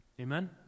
Amen